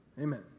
Amen